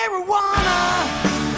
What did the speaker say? Marijuana